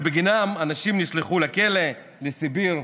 שבגינם אנשים נשלחו לכלא, לסיביר,